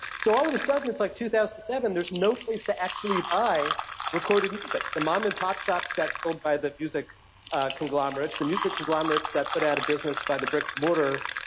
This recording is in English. so all of a sudden it's like two thousand and seven, there's no place to actually buy recorded music. the mom and pop shops got killed by the music conglomerates. the music conglomerates got put out of business by the brick-and-mortar